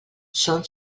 són